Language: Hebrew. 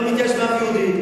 אני לא מתייאש מאף יהודי.